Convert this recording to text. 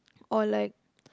or like